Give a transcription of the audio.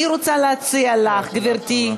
אני רוצה להציע לך, גברתי,